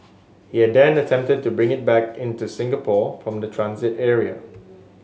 he had then attempted to bring it back in to Singapore from the transit area